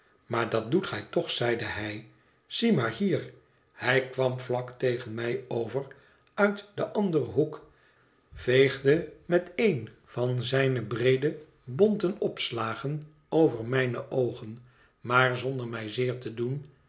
maar dat doet gij toch zeide hij zie maar hier hij kwam vlak tegen mij over uit den anderen hoek veegde met een van zijne breede bonten opslagen over mijne oogen maar zonder mij zeer te doen